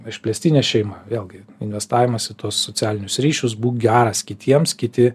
išplėstinė šeima vėlgi investavimas į tuos socialinius ryšius būk geras kitiems kiti